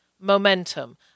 momentum